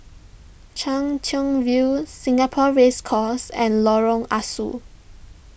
Chwee Chian View Singapore Race Course and Lorong Ah Soo